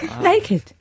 naked